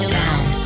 down